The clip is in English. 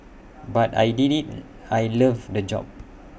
but I did IT I loved the job